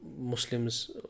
Muslims